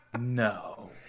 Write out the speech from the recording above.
No